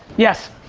yes.